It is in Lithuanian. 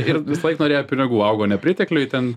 ir visąlaik norėjo pinigų augo nepritekliuj ten